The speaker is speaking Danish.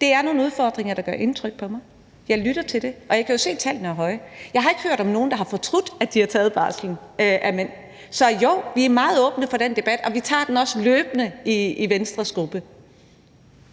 Det er nogle udfordringer, og det er noget, der gør indtryk på mig. Jeg lytter til det, og jeg kan jo se, at tallene er høje. Jeg har ikke hørt om nogen mænd, der har fortrudt, at de har taget barsel. Så jo, vi er meget åbne for den debat, og vi tager den også løbende i Venstres gruppe.